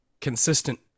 consistent